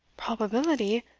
probability?